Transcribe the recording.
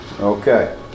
Okay